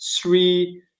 three